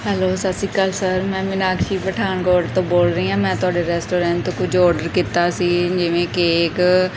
hello ਸਤਿ ਸ਼੍ਰੀ ਅਕਾਲ ਸਰ ਮੈਂ ਮੀਨਾਕਸ਼ੀ ਪਠਾਨਕੋਟ ਤੋਂ ਬੋਲ ਰਹੀ ਹਾਂ ਮੈਂ ਤੁਹਾਡੇ ਰੈਸਟੋਰੈਂਟ ਤੋਂ ਕੁਝ ਔਡਰ ਕੀਤਾ ਸੀ ਜਿਵੇਂ ਕੇਕ